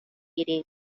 گیری